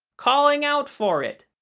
calling out for it.